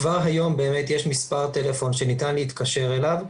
כבר היום יש מספר טלפון שניתן להתקשר אליו,